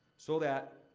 so that,